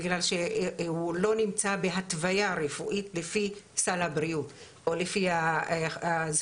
בגלל שהוא לא נמצא בהתוויה רפואית לפי סל הבריאות או לפי הזכויות